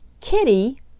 Kitty